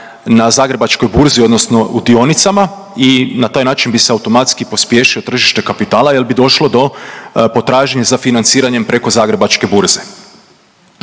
na Zagrebačkoj burzi, odnosno u dionicama i na taj način bi se automatski pospješio tržište kapitala jer bi došlo do potražnje za financiranjem preko Zagrebačke burze.